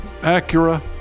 Acura